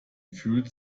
fühlt